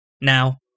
Now